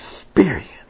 experience